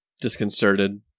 disconcerted